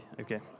okay